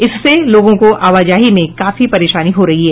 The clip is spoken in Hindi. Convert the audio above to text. इससे लोगों को आवाजाही में काफी परेशानी हो रही है